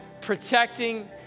protecting